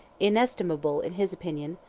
inestimable in his opinion,